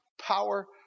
power